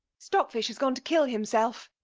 stockfish has gone to kill himself.